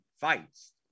fights